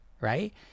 Right